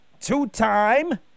Two-time